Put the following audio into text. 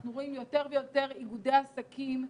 אנחנו רואים יותר ויותר איגודי עסקים שמאיימים,